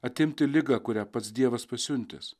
atimti ligą kurią pats dievas pasiuntęs